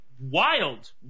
wild